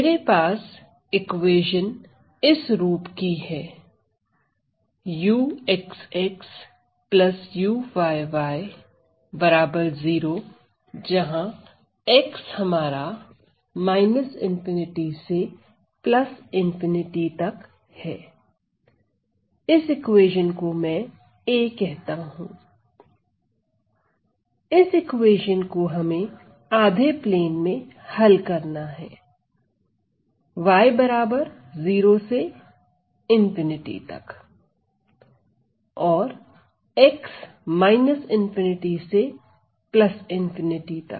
मेरे पास इक्वेशन इस रूप की है इस इक्वेशन को हमें आधे प्लेन में हल करना है y0 से ∞ तक और ∞ x ∞ तक